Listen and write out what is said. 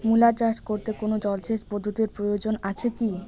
মূলা চাষ করতে কোনো জলসেচ পদ্ধতির প্রয়োজন আছে কী?